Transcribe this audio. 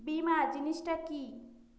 বীমা জিনিস টা কি?